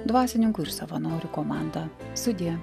dvasininkų ir savanorių komanda sudie